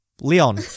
Leon